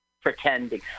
pretending